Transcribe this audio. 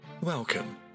Welcome